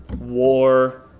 war